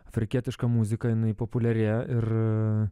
afrikietiška muzika jinai populiarėja ir